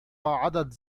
عدد